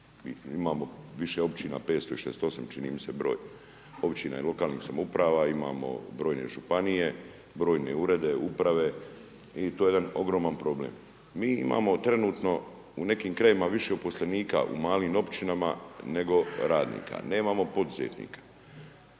imamo više Općina, 568 čini mi se broj, Općina i lokalnih samouprava, imamo brojne Županije, brojne urede uprave i to je jedan ogroman problem. Mi imao trenutno u nekim krajevima više uposlenika u malim Općinama, nego radnika, nemamo poduzetnika.